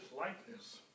likeness